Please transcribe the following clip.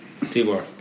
Tibor